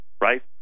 right